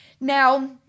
Now